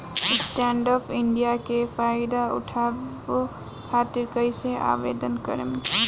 Stand up India के फाइदा उठाओ खातिर कईसे आवेदन करेम?